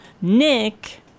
Nick